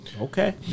Okay